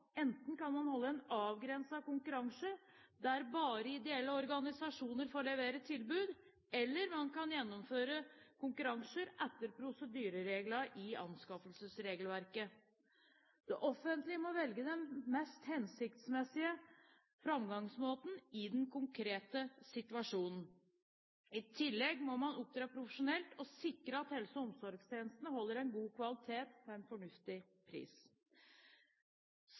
Enten kan man holde avgrensede konkurranser, der bare ideelle organisasjoner får levere tilbud, eller man kan gjennomføre konkurranser etter prosedyrereglene i anskaffelsesregelverket. Det offentlige må velge den mest hensiktsmessige framgangsmåten i den konkrete situasjonen. I tillegg må man opptre profesjonelt og sikre at helse- og omsorgstjenestene holder en god kvalitet til en fornuftig pris.